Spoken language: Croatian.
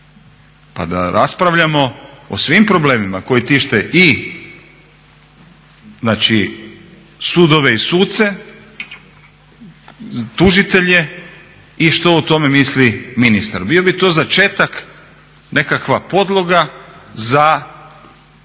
Pa da raspravljamo o svim problemima koji tište i znači sudove i suce, tužitelje i što o tome misli ministar? Bio bi to začetak, nekakva podloga za